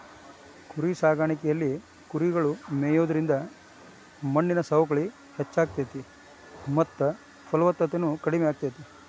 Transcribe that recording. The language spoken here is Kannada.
ಕುರಿಸಾಕಾಣಿಕೆಯಲ್ಲಿ ಕುರಿಗಳು ಮೇಯೋದ್ರಿಂದ ಮಣ್ಣಿನ ಸವಕಳಿ ಹೆಚ್ಚಾಗ್ತೇತಿ ಮತ್ತ ಫಲವತ್ತತೆನು ಕಡಿಮೆ ಆಗ್ತೇತಿ